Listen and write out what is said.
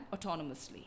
autonomously